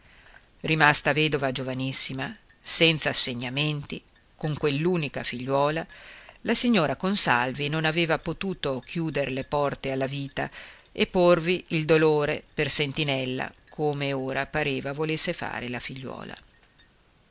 rimasta vedova giovanissima senza assegnamenti con quell'unica figliuola la signora consalvi non aveva potuto chiuder le porte alla vita e porvi il dolore per sentinella come ora pareva volesse fare la figliuola